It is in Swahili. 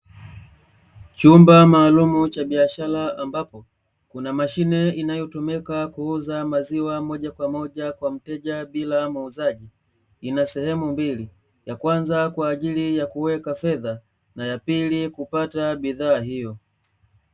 Chumba maalumu cha biashara ambapo kuna mashine inayotumika kuuza maziwa moja kwa moja kwa mteja bila muuzaji, ina sehemu mbili ya kwanza kwaajili ya kueka fedha na ya pili kupata bidhaa hiyo.